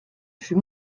fut